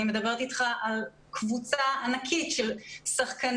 אני מדברת אתך על קבוצה ענקית של שחקנים,